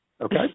Okay